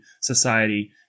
society